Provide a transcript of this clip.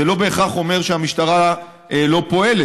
זה לא בהכרח אומר שהמשטרה לא פועלת.